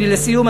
לסיום,